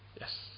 Yes